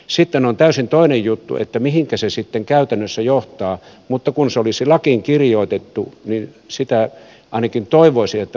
sitten on täysin toinen juttu mihin se sitten käytännössä johtaa mutta kun se olisi lakiin kirjoitettu niin ainakin toivoisi että valiokunta sitä käsittelee